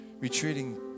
retreating